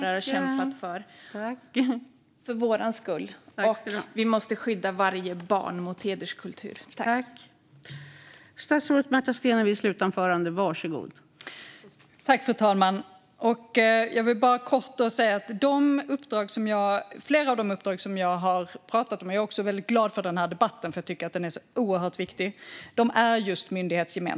Och vi måste skydda varje barn mot hederskultur.